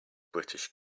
british